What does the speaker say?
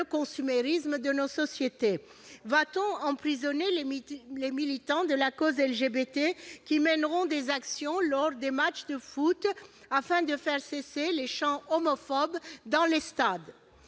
consumérisme de nos sociétés ? Va-t-on emprisonner les militants de la cause LGBT qui mèneront des actions lors des matchs de foot, afin de faire cesser les chants homophobes dans les stades ?